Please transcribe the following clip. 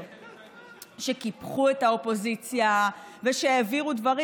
שקיפחו את האופוזיציה ושהעבירו דברים,